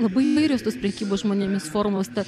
labai įvairios tos prekybos žmonėmis formos ta